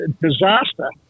disaster